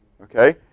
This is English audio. Okay